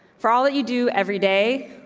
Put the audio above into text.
for all that you do every day.